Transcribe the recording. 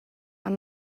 amb